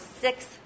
six